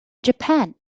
japan